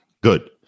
Good